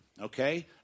Okay